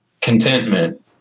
Contentment